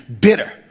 bitter